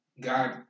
God